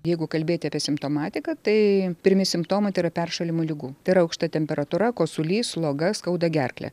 jeigu kalbėti apie simptomatiką tai pirmi simptomai tai yra peršalimo ligų tai yra aukšta temperatūra kosulys sloga skauda gerklę